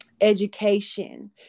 education